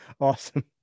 Awesome